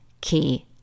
key